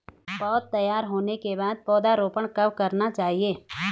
पौध तैयार होने के बाद पौधा रोपण कब करना चाहिए?